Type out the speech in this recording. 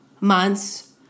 months